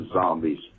Zombies